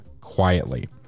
quietly